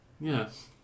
Yes